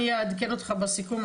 אני אעדכן אותך בסיכום,